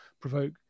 provoke